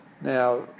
now